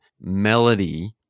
melody